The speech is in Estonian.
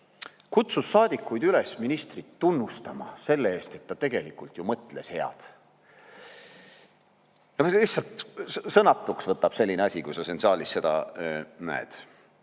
kutsus saadikuid üles ministrit tunnustama selle eest, et ta tegelikult ju mõtles head. Lihtsalt sõnatuks võtab selline asi, kui sa siin saalis seda näed. Aga